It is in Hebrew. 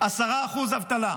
10% אבטלה.